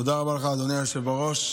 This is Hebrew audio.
תודה רבה לך, אדוני היושב בראש.